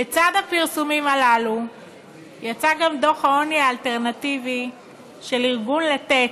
לצד הפרסומים הללו יצא גם דוח העוני האלטרנטיבי של ארגון לתת,